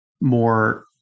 more